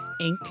Inc